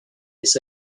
its